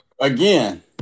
again